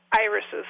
Irises